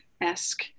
esque